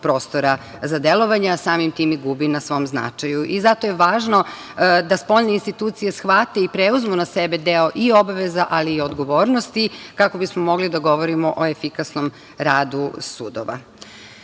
prostora za delovanje, a samim tim i gubi na svom značaju. Zato je važno da spoljne institucije shvate i preuzmu na sebe deo i obaveza, ali i odgovornosti, kako bismo mogli da govorimo o efikasnom radu sudova. Kada